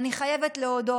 אני חייבת להודות.